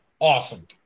Awesome